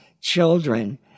children